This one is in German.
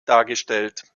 dargestellt